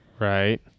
Right